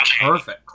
Perfect